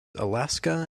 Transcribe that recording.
alaska